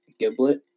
Giblet